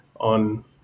on